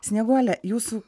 snieguole jūsų